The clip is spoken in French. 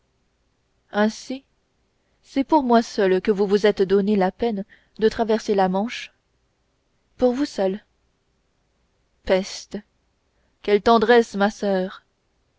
ainsi c'est pour moi seul que vous vous êtes donné la peine de traverser la manche pour vous seul peste quelle tendresse ma soeur